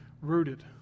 rooted